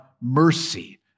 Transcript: mercy